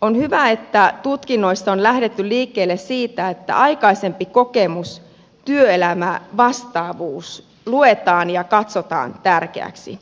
on hyvä että tutkinnoissa on lähdetty liikkeelle siitä että aikaisempi kokemus työelämävastaavuus luetaan ja katsotaan tärkeäksi